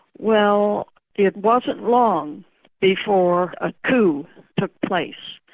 well it wasn't long before a coup took place,